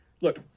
look